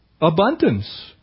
abundance